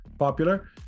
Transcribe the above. popular